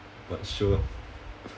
but sure